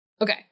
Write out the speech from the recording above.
Okay